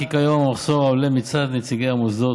כי כיום המחסור העולה מצד נציגי המוסדות